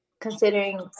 considering